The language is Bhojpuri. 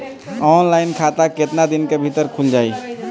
ऑनलाइन खाता केतना दिन के भीतर ख़ुल जाई?